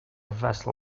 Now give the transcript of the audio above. vessel